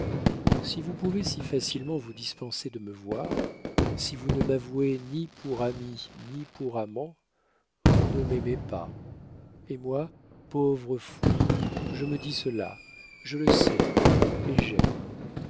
si vous pouvez si facilement vous dispenser de me voir si vous ne m'avouez ni pour ami ni pour amant vous ne m'aimez pas et moi pauvre fou je me dis cela je le sais et j'aime